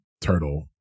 turtle